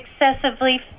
excessively